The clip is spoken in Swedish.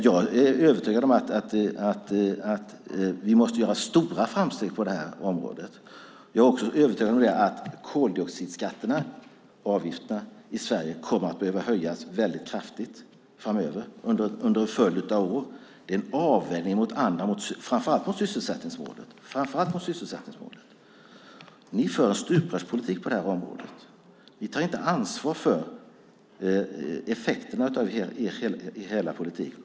Jag är övertygad om att vi måste göra stora framsteg på området. Jag är också övertygad om att koldioxidskatterna i Sverige kommer att behöva höjas kraftigt framöver under en följd av år. Det är en avvägning mot framför allt sysselsättningsmålet. Ni för en stuprörspolitik på området. Ni tar inte ansvar för effekterna av er politik.